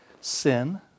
sin